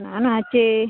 ನಾನು ಆಚೇ